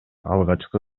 алгачкы